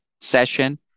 session